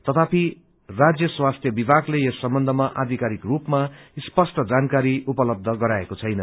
तथापि राजय स्वास्थ्य विभागले यस सम्बन्धमा आधिकारिक रूपमा स्पष्ट जानकारी उपलब्ध गराएको छैन